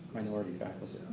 minority faculty.